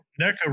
NECA